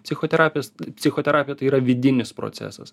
psichoterapijos psichoterapija tai yra vidinis procesas